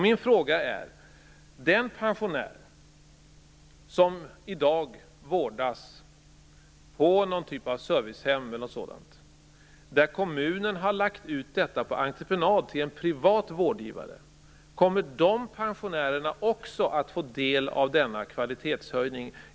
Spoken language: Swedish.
Min fråga är: Kommer de pensionärer som i dag vårdas på någon typ av servicehem eller liknande där kommunen har lagt ut detta på entreprenad till en privat vårdgivare också att få del av denna kvalitetshöjning?